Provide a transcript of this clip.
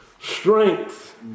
strength